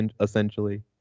essentially